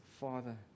Father